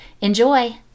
Enjoy